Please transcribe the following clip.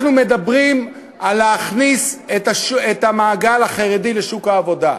אנחנו מדברים על להכניס את המעגל החרדי לשוק העבודה.